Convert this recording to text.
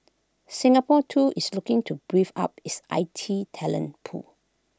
Singapore too is looking to brief up its I T talent pool